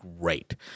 great